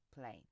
plane